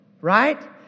right